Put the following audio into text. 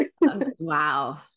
wow